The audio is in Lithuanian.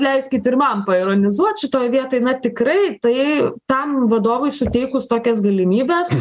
leiskit ir man paironizuot šitoj vietoj na tikrai tai tam vadovui suteikus tokias galimybes